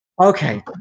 Okay